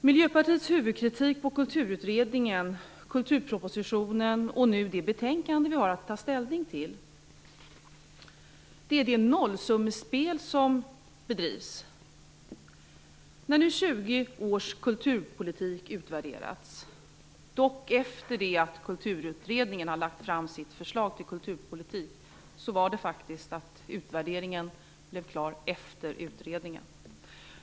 Miljöpartiets huvudkritik mot Kulturutredningen, kulturpropositionen och nu det betänkande vi har att ta ställning till är att det här bedrivs ett nollsummespel. 20 års kulturpolitik har nu utvärderats, dock efter det att Kulturutredningen har lagt fram sitt förslag till kulturpolitik. Utvärderingen blev alltså klar efter utredningen.